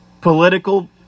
political